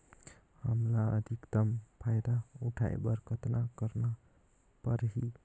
हमला अधिकतम फायदा उठाय बर कतना करना परही?